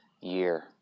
year